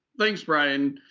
thanks, bryan.